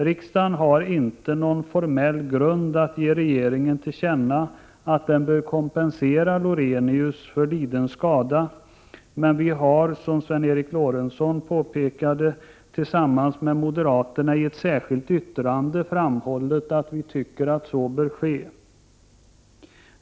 Riksdagen har inte någon formell grund för att ge regeringen till känna att den bör kompensera Lorenius för liden skada. Men vi har, som Sven Eric Lorentzon påpekade, tillsammans med moderaterna i ett särskilt yttrande framhållit att vi tycker att så bör ske.